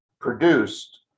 Produced